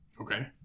Okay